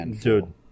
Dude